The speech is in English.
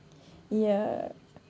ya